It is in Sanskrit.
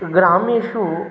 ग्रामेषु